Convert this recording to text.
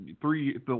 three